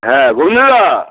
হ্যাঁ